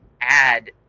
add